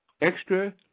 Extra